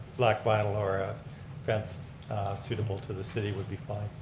black vinyl or a fence suitable to the city would be fine.